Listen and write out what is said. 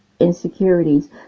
Insecurities